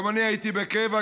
גם אני הייתי בקבע,